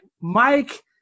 mike